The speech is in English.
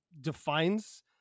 defines